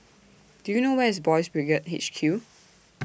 Do YOU know Where IS Boys' Brigade H Q